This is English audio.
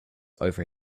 over